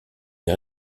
les